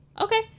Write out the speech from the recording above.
okay